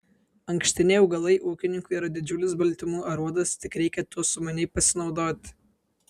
ankštiniai augalai ūkininkui yra didžiulis baltymų aruodas tik reikia tuo sumaniai pasinaudoti